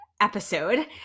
episode